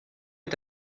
est